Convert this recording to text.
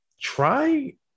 try